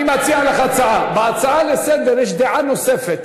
אני מציע לך הצעה: בהצעה לסדר-היום יש דעה נוספת.